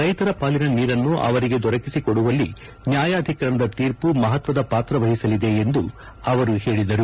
ರೈತರ ಪಾಲಿನ ನೀರನ್ನು ಅವರಿಗೆ ದೊರಕಿಸಿಕೊಡುವಲ್ಲಿ ನ್ಯಾಯಾಧಿಕರಣದ ತೀರ್ಮ ಮಹತ್ವದ ಪಾತ್ರ ವಹಿಸಲಿದೆ ಎಂದು ಅವರು ಹೇಳಿದರು